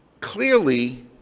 clearly